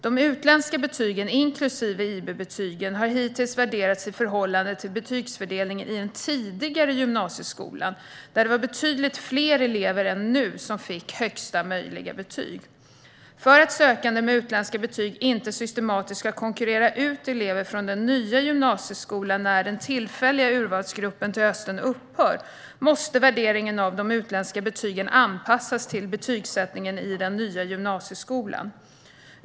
De utländska betygen har hittills värderats i förhållande till betygsfördelningen i den tidigare gymnasieskolan, där det var betydligt fler elever än nu som fick högsta möjliga betyg. För att sökande med utländska betyg inte systematiskt ska konkurrera ut elever från den nya gymnasieskolan när den tillfälliga urvalsgruppen till hösten upphör måste värderingen av de utländska betygen anpassas till betygsättningen i den nya gymnasieskolan.